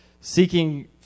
seeking